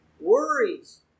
Worries